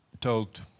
told